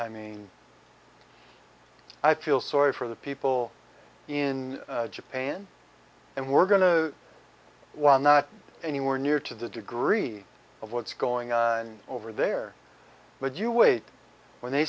i mean i feel sorry for the people in japan and we're going to while not anywhere near to the degree of what's going on over there but you wait when they